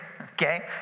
okay